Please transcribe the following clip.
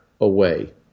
away